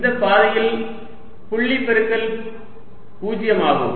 இந்த பாதையில் புள்ளி பெருக்கல் பூஜ்ஜியம் ஆகும்